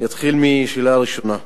אני אתחיל מהשאלה הראשונה,